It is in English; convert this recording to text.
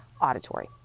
auditory